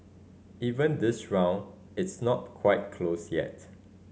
even this round it's not quite closed yet